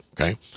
okay